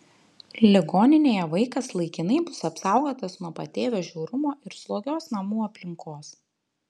ligoninėje vaikas laikinai bus apsaugotas nuo patėvio žiaurumo ir slogios namų aplinkos